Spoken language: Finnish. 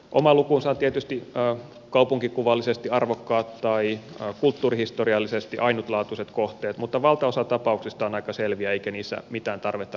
oma lukunsa on tietysti kaupunkikuvallisesti arvokkaat tai kulttuurihistoriallisesti ainutlaatuiset kohteet mutta valtaosa tapauksista on aika selviä eikä niissä mitään tarvetta rakennusluvalle ole